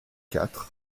quatre